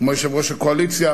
כמו יושב-ראש הקואליציה